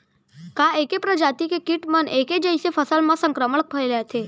का ऐके प्रजाति के किट मन ऐके जइसे फसल म संक्रमण फइलाथें?